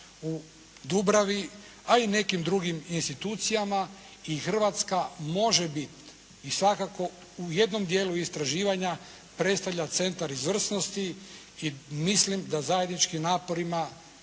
u Dubravi a i nekim drugim institucijama i Hrvatska može biti i svakako u jednom dijelu istraživanja predstavlja centar izvrsnosti. I mislim da zajedničkim naporima